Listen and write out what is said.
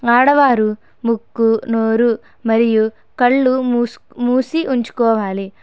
ఆడవారు ముక్కు నోరు మరియు కళ్ళు మూసు మూసి ఉంచుకోవాలి